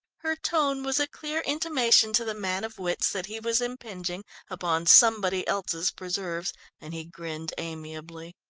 her tone was a clear intimation to the man of wits that he was impinging upon somebody else's preserves and he grinned amiably.